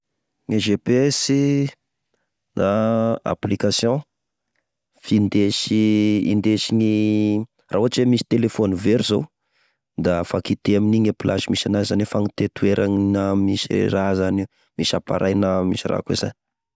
Gne GPS application findesy, indesigny raha ohatra hoe: misy telefôny very zao da afaka ite aminigny e place misy anazy zany, fagnite e toera na misy e raha zany io, misy appareil na misy ra akô izay.